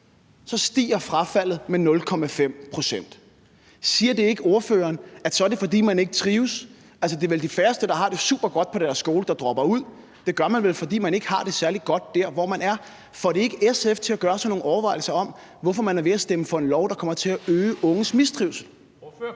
km, stiger frafaldet med 0,5 pct. Siger det ikke ordføreren, at det er, fordi man ikke trives? Det er vel de færreste, der har det supergodt på deres skole, som dropper ud. Det gør man vel, fordi man ikke har det særlig godt dér, hvor man er. Får det ikke SF til at gøre sig nogle overvejelser om, hvorfor man vil stemme for et lovforslag, der kommer til at øge unges mistrivsel? Kl.